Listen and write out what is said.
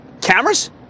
Cameras